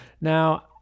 Now